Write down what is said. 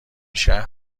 شهر